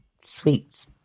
sweets